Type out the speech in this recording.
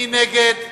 מי נגד?